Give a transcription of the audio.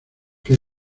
que